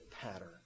pattern